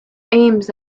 aims